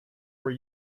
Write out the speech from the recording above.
were